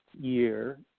year